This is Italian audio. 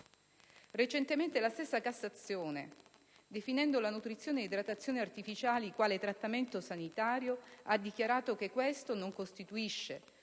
Recentemente, la stessa Cassazione, definendo la nutrizione e idratazione artificiali come trattamento sanitario, ha dichiarato che "questo non costituisce